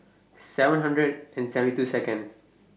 seven hundred and seventy Second